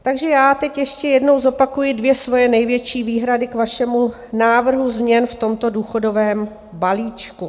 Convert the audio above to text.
Takže já teď ještě jednou zopakuji dvě svoje největší výhrady k vašemu návrhu změn v tomto důchodovém balíčku.